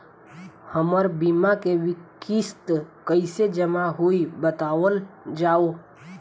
हमर बीमा के किस्त कइसे जमा होई बतावल जाओ?